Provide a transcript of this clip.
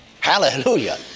hallelujah